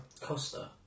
Costa